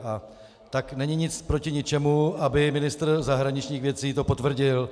A tak není nic proti ničemu, aby to ministr zahraničních věcí potvrdil.